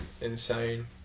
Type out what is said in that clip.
insane